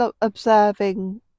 observing